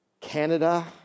Canada